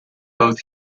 both